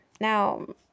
Now